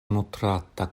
nutrata